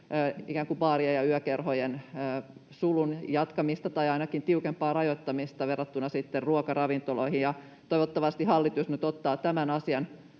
ikään kuin baarien ja yökerhojen sulun jatkamista tai ainakin tiukempaa rajoittamista verrattuna sitten ruokaravintoloihin, ja toivottavasti hallitus nyt ottaa tämän asian